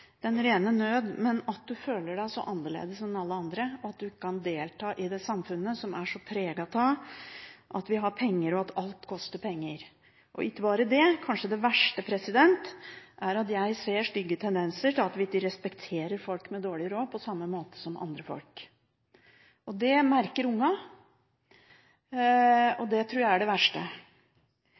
den rene nød, men at man føler seg så mye mer annerledes enn alle andre, og at man ikke kan delta i det samfunnet som er så preget av at man har penger, og at alt koster penger. Ikke bare det: Det verste er kanskje at jeg ser stygge tendenser til at vi ikke respekterer folk med dårlig råd på samme måte som andre folk. Det merker ungene, og det tror jeg er det verste.